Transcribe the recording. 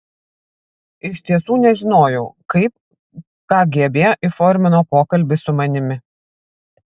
iš tiesų nežinojau kaip kgb įformino pokalbį su manimi